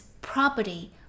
property